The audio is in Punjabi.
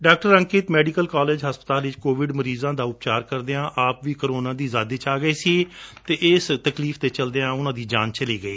ਡਾ ਅਕਿੰਤ ਮੈਡੀਕਲ ਕਾਲਜ ਹਸਪਤਾਲ ਵਿਚ ਕੋਵਿਡ ਮਰੀਜ਼ਾਂ ਦਾ ਉਪਚਾਰ ਕਰਦਿਆਂ ਆਪ ਵੀ ਕੋਰੋਨਾ ਦੀ ਜ਼ਦ ਵਿਚ ਆ ਗਏ ਸਨ ਅਤੇ ਇਸ ਤਕਲੀਫ਼ ਦੇ ਚਲਦਿਆਂ ਉਨੂਾਂ ਦੀ ਜਾਨ ਚਲੀ ਗਈ